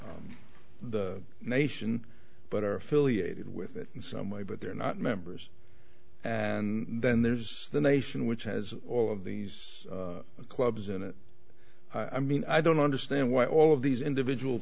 nation but are affiliated with it in some way but they're not members and then there's the nation which has all of these clubs and i mean i don't understand why all of these individual